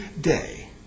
day